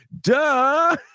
Duh